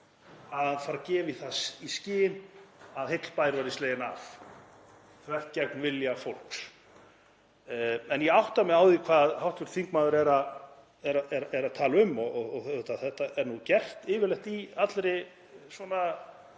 af okkur hér að gefa það í skyn að heill bær verði sleginn af þvert gegn vilja fólks. Ég átta mig þó á því hvað hv. þingmaður er að tala um og þetta er nú gert yfirleitt í allri svona